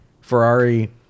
Ferrari